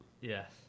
Yes